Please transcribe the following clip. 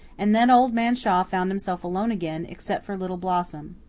and then old man shaw found himself alone again, except for little blossom.